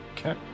Okay